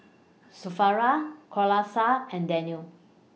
Syafaqah Qalasha and Daniel